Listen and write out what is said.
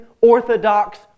Orthodox